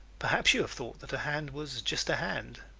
perhaps you have thought that a hand was just a hand.